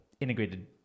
integrated